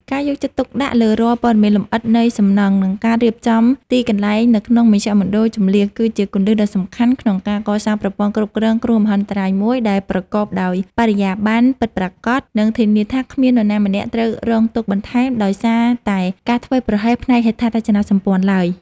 ការយកចិត្តទុកដាក់លើរាល់ព័ត៌មានលម្អិតនៃសំណង់ និងការរៀបចំទីកន្លែងនៅក្នុងមជ្ឈមណ្ឌលជម្លៀស គឺជាគន្លឹះដ៏សំខាន់ក្នុងការកសាងប្រព័ន្ធគ្រប់គ្រងគ្រោះមហន្តរាយមួយដែលប្រកបដោយបរិយាបន្ន ពិតប្រាកដ និងធានាថាគ្មាននរណាម្នាក់ត្រូវរងទុក្ខបន្ថែមដោយសារតែការធ្វេសប្រហែសផ្នែកហេដ្ឋារចនាសម្ព័ន្ធឡើយ។